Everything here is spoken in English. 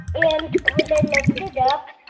and when i lift it up,